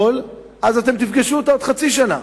אז אתם תפגשו אותה בעוד חצי שנה,